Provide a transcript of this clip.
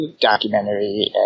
documentary